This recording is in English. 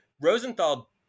Rosenthal